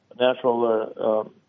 natural